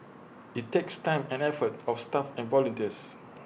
IT takes time and effort of staff and volunteers